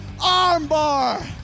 armbar